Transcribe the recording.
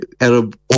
Arab